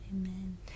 Amen